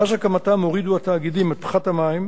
מאז הקמתם הורידו התאגידים את פחת המים,